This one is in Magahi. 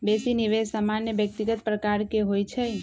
बेशी निवेश सामान्य व्यक्तिगत प्रकार के होइ छइ